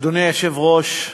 אדוני היושב-ראש,